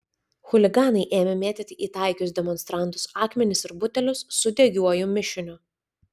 chuliganai ėmė mėtyti į taikius demonstrantus akmenis ir butelius su degiuoju mišiniu